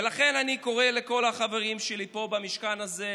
ולכן אני קורא לכל החברים שלי פה, במשכן הזה: